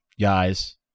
guys